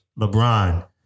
LeBron